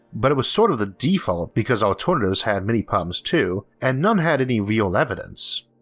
but it was sort of the default because alternatives had many problems too and none had any real evidence.